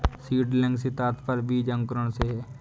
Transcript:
seedling से तात्पर्य बीज अंकुरण से है